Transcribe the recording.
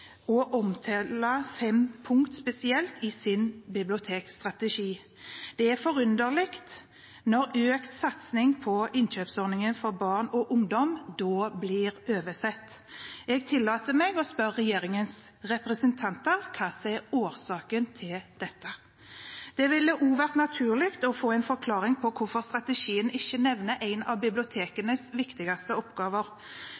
sin bibliotekstrategi. Det er forunderlig når økt satsing på innkjøpsordningen for barn og ungdom da blir oversett. Jeg tillater meg å spørre regjeringens representanter hva som er årsaken til dette. Det ville også vært naturlig å få en forklaring på hvorfor strategien ikke nevner en av bibliotekenes viktigste oppgaver.